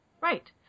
Right